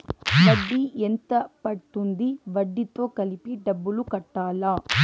వడ్డీ ఎంత పడ్తుంది? వడ్డీ తో కలిపి డబ్బులు కట్టాలా?